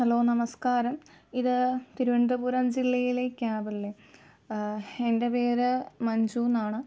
hello നമസ്കാരം ഇത് തിരുവനന്തപുരം ജില്ലയിലെ ക്യാബ് അല്ലേ എൻ്റെ പേര് മഞ്ജു എന്നാണ്